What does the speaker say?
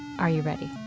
are you ready?